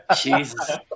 Jesus